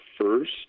first